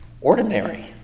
ordinary